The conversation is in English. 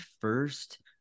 first